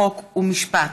חוק ומשפט.